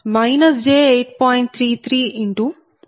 1775j0